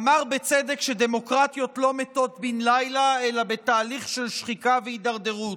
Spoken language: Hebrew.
אמר בצדק שדמוקרטיות לא מתות בן לילה אלא בתהליך של שחיקה והידרדרות,